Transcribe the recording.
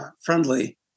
friendly